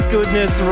goodness